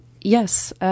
Yes